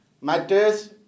matters